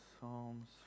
Psalms